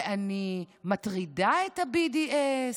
שאני מטרידה את ה-BDS,